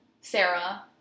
Sarah